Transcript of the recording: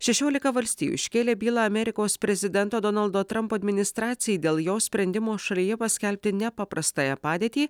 šešiolika valstijų iškėlė bylą amerikos prezidento donaldo trampo administracijai dėl jos sprendimo šalyje paskelbti nepaprastąją padėtį